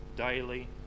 daily